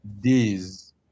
days